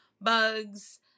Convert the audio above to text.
bugs